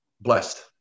blessed